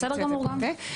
בסדר גמור גם.